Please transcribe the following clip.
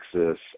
Texas